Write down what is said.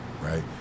right